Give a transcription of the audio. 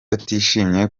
atishimye